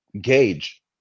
gauge